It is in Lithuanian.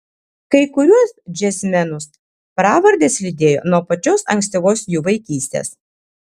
kai kuriuos džiazmenus pravardės lydėjo nuo pačios ankstyvos jų vaikystės